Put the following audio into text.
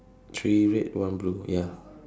three red one blue ya